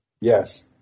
Yes